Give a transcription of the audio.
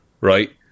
right